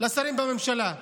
לשרים בממשלה.